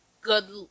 Good